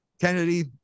kennedy